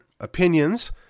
opinions